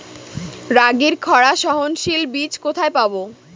রাগির খরা সহনশীল বীজ কোথায় পাবো?